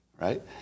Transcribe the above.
right